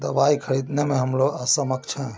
दवाई खरीदने में हम लोग अक्षम हैं